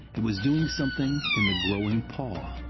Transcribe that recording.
it was doing something in the growing paw.